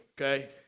Okay